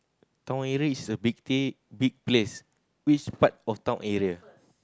town area is a pretty big place which part of town area